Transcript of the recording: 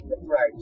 Right